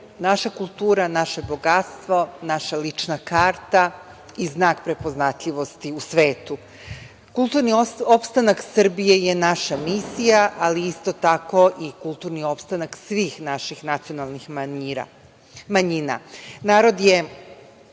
naša kultura, naše bogatstvo, naša lična karta i znak prepoznatljivosti u svetu. Kulturni opstanak Srbije je naša misija, ali isto tako i kulturni opstanak svih naših nacionalnih manjina. Narod je